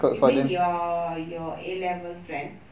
you mean your your A level friends